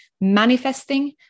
manifesting